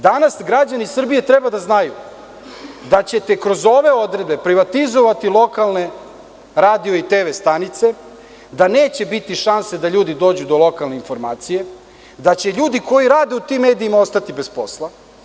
Danas građani Srbije treba da znaju da ćete kroz ove odredbe privatizovati lokalne radio i TV stanice, da neće biti šanse da ljudi dođu do lokalne informacije, da će ljudi koji rade u tim medijima ostati bez posla.